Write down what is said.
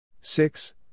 Six